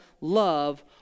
love